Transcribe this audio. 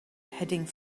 heading